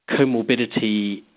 comorbidity